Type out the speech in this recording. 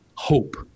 Hope